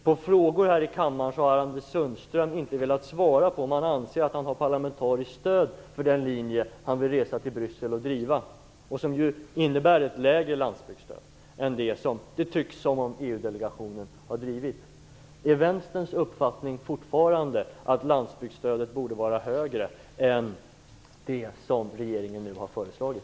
På frågor här i kammaren har Anders Sundström inte velat svara på frågan om han anser att han har parlamenteriskt stöd för den linje som han vill driva i Bryssel och som innebär ett lägre landsbygdsstöd än vad EU delegationen tycks ha förespråkat. Är Vänsterns uppfattning fortfarande den att landsbygdsstödet borde vara högre än det som regeringen nu har föreslagit?